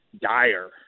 dire